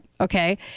okay